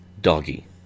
doggy